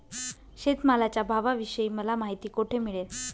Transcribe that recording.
शेतमालाच्या भावाविषयी मला माहिती कोठे मिळेल?